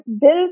build